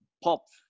POP